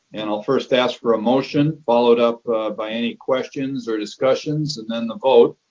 and i'll first ask for a motion followed up by any questions or discussions and then a vote.